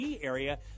area